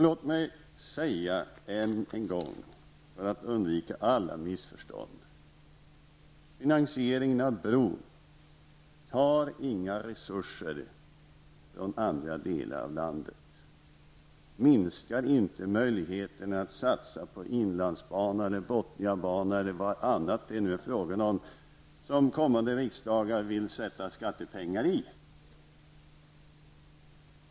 Låt mig, för att undvika alla missförstånd, än en gång säga att finansieringen av bron inte tar några resurser från andra delar av landet, inte minskar möjligheterna att satsa på inlandsbanan, Botniabanan eller någonting annat som kommande riksdagar kan komma att vilja sätta skattepengar i.